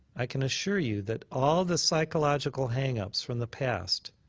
i can assure you that all the psychological hang-ups from the past,